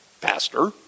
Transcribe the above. Pastor